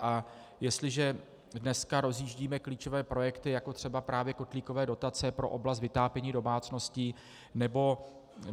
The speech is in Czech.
A jestliže dneska rozjíždíme klíčové projekty, jako třeba právě kotlíkové dotace pro oblast vytápění domácností